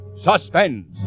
Suspense